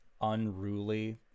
unruly